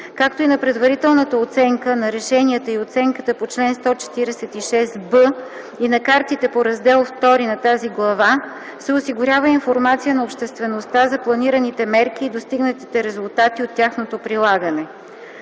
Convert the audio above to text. както и на предварителната оценка, на решенията и оценката по чл. 146б и на картите по Раздел ІІ на тази глава се осигурява информация на обществеността за планираните мерки и достигнатите резултати от тяхното прилагане.